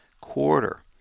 quarter